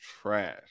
trash